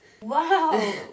Wow